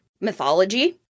mythology